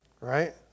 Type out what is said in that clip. Right